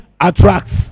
attracts